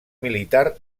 militar